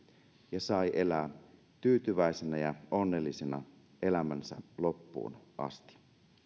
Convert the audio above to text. ja sai elää tyytyväisenä ja onnellisena elämänsä loppuun asti